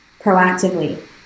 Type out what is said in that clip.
proactively